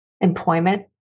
employment